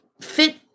fit